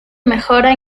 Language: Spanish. mejora